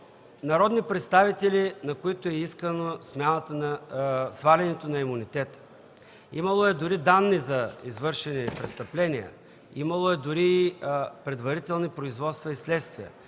народни представители, на които е искано свалянето на имунитета, имало е данни за извършени престъпления, имало е дори предварителни производства и следствия.